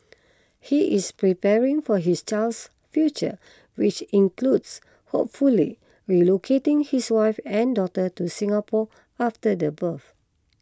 he is preparing for his child's future which includes hopefully relocating his wife and daughter to Singapore after the birth